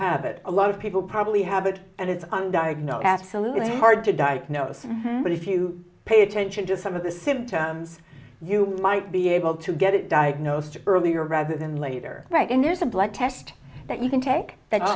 have it a lot of people probably have it and it's on diagnose absolutely hard to diagnose but if you pay attention to some of the symptoms you might be able to get it diagnosed earlier rather than later right and there's a blood test that you can take